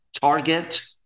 Target